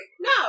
no